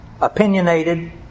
opinionated